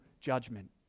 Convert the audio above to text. judgment